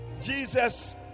Jesus